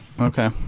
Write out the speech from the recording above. Okay